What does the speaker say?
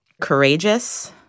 Courageous